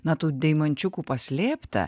na tų deimančiukų paslėpta